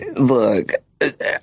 Look